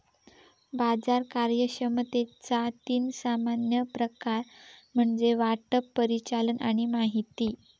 बाजार कार्यक्षमतेचा तीन सामान्य प्रकार म्हणजे वाटप, परिचालन आणि माहिती